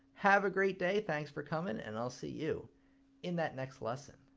have a great day. thanks for comin', and i'll see you in that next lesson.